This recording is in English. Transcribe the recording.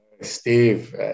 Steve